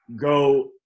go